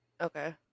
okay